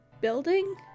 building